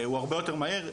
הוא הרבה יותר מהר.